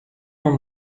uma